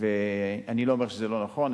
אני לא אומר שזה לא נכון,